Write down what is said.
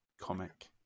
comic